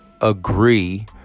agree